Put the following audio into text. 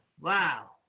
Wow